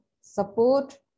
Support